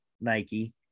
Nike